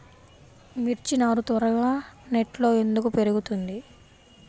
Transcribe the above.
మిర్చి నారు త్వరగా నెట్లో ఎందుకు పెరుగుతుంది?